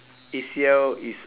A_C_L is